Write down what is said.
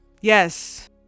Yes